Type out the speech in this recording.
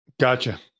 Gotcha